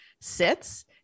sits